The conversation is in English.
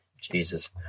Jesus